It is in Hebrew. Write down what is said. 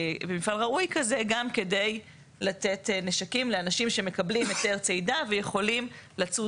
כזה גם כדי לתת נשקים לאנשים שמקבלים היתר צידה ויכולים לצוד